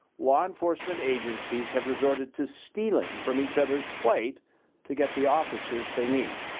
law enforcement agencies have resorted to stealing from each other's plate to get the officers they need.